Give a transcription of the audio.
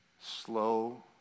Slow